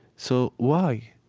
so why?